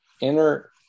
inner